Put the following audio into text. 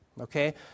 Okay